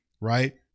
right